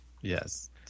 Yes